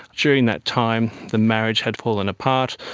during that time the marriage had fallen apart,